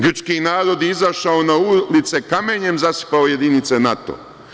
Grčki narod je izašao na ulice i kamenjem zasipao jedinice NATO.